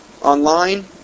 online